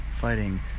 fighting